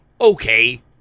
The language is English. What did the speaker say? Okay